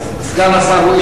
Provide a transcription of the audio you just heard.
סגן השר הוא,